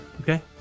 okay